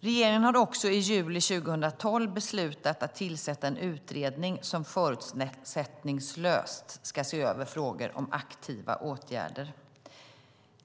Vidare har regeringen i juli 2012 beslutat att tillsätta en utredning som förutsättningslöst ska se över frågor om aktiva åtgärder.